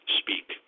speak